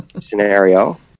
scenario